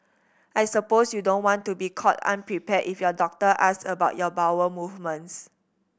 I suppose you don't want to be caught unprepared if your doctor asks about your bowel movements